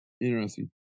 interesting